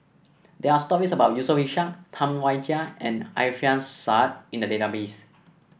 there are stories about Yusof Ishak Tam Wai Jia and Alfian Sa'at in the database